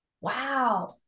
wow